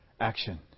action